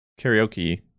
Karaoke